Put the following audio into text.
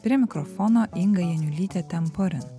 prie mikrofono inga janiulytė temporin